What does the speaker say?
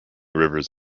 rivers